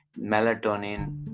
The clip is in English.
melatonin